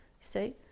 see